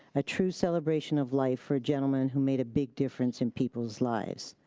a true celebration of life for a gentleman who made a big difference in people's lives,